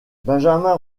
benjamin